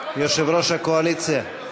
יושב-ראש הקואליציה,